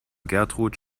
gertrud